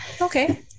okay